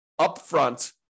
upfront